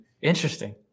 Interesting